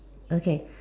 okay